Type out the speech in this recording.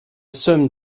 somme